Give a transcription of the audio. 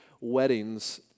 weddings